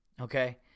Okay